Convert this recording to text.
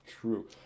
true